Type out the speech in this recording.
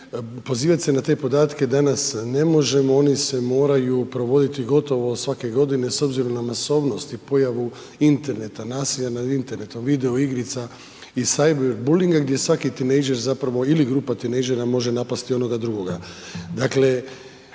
pozivat se na te podatke danas ne možemo, oni se moraju provoditi gotovo svake godine s obzirom na masovnost i pojavu interneta, nasilja nad internetom, video igrica i Sajver Bulingom gdje svaki tinejdžer zapravo ili grupa tinejdžera može napasti onoga drugoga.